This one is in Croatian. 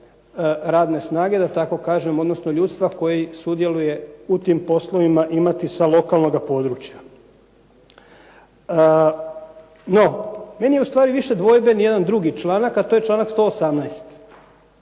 radne snage da tako kažem, odnosno ljudstva koji sudjeluje u tim poslovima imati sa lokalnog područja. No, meni je ustvari više dvojben jedan drugi članak, a to je članak 118.